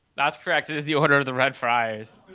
that's correct it is the order of the red fries.